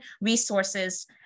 Resources